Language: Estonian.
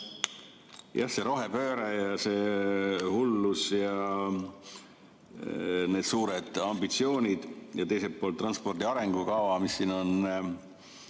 Jah, see rohepööre, see hullus ja need suured ambitsioonid ning teiselt poolt transpordi arengukava, mille siin